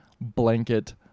blanket